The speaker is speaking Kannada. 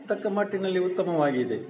ತಕ್ಕ ಮಟ್ಟಿನಲ್ಲಿ ಉತ್ತಮವಾಗಿದೆ